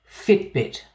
Fitbit